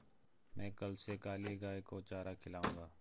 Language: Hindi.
मैं कल से काली गाय को चारा खिलाऊंगा